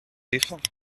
défends